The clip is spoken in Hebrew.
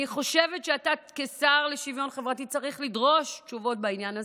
אני חושבת שאתה כשר לשוויון חברתי צריך לדרוש תשובות בעניין הזה.